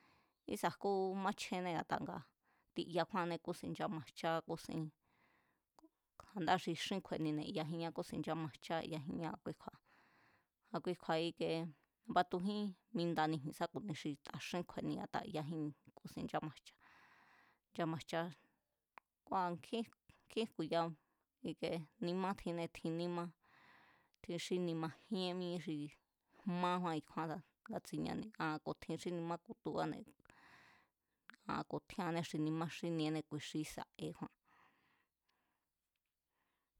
Ísa̱ jku máchjené a̱ta tiyakjúáannée̱ kúsin nchámajchá kúsín a̱ndáa̱ xi xín kjuenine̱ yajínñá kúsin nchámajchá yajínñá a̱kui kju̱a̱, a̱kui kju̱a̱ ikie batujín mindaji̱n sá ku̱ni xi taxínkjueni a̱ta yajínñá kúsin nchámaj, nchámajchá, kua̱ nkjín jku̱ya i̱ke nima tjine, tjin nímá, tji n xí nima jíén mí xi jmakjuán i̱kjúánsa ngatsiñani aa̱n ku̱ tjin xí nimá kútubáne̱ aa̱n ku̱ tjíánnee̱ xi nimá xíníénée̱ kuixi ísa̱ e kjúán.